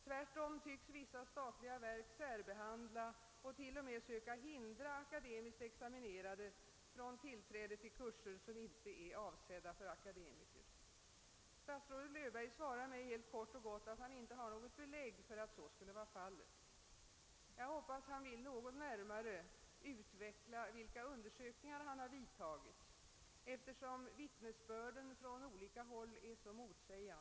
Tvärtom tycks vissa statliga verk särbehandla och t.o.m. söka hindra akademiskt examinerade från tillträde till kurser som inte är avsedda för akademiker. Statsrådet Löfberg svarar mig helt kort att han inte har något belägg för att så skulle vara fallet. Jag hoppas att han vill något närmare utveckla vilka undersökningar han genomfört, eftersom vittnesbörden från olika håll är så motsägande.